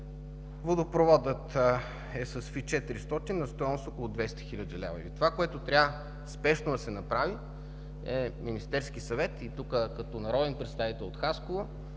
Водопроводът е с Ф 400 на стойност около 200 хил. лв. Това, което трябва спешно да се направи, е Министерският съвет, и като народен представител от Хасково